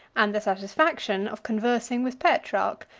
and the satisfaction of conversing with petrarch,